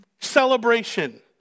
celebration